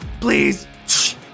Please